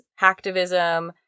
hacktivism